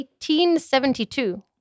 1872